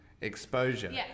exposure